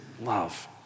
love